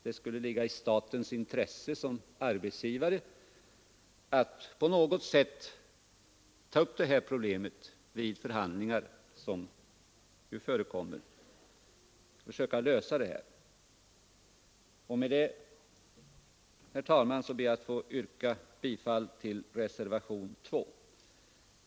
Det borde ligga i statens intresse såsom arbetsgivare att på något sätt försöka lösa detta problem vid de förhandlingar som ju förekommer. Med detta, herr talman, yrkar jag bifall till reservationen 2.